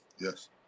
Yes